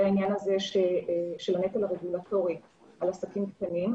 העניין של הנטל הרגולטורי על העסקים הקטנים,